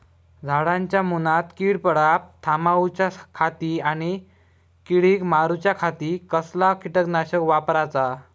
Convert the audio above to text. झाडांच्या मूनात कीड पडाप थामाउच्या खाती आणि किडीक मारूच्याखाती कसला किटकनाशक वापराचा?